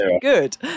good